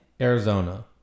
Arizona